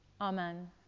Amen